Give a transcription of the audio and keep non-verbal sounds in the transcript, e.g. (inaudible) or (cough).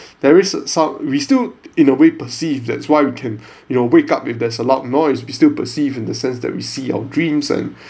there is some we still in a way perceive that's why we can (breath) you know wake up if there's a loud noise we still perceive in the sense that we see our dreams and